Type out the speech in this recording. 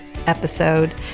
episode